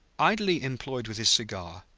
idly employed with his cigar,